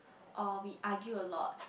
or we argue a lot